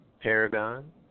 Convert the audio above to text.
Paragon